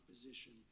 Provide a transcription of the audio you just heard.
opposition